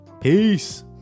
Peace